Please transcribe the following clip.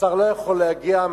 השר לא יכול להגיע,